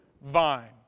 vine